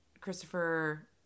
christopher